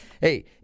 Hey